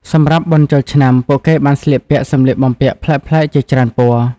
សម្រាប់បុណ្យចូលឆ្នាំ ពួកគេបានស្លៀកពាក់សម្លៀកបំពាក់ប្លែកៗជាច្រើនពណ៌។